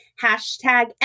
hashtag